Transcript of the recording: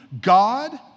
God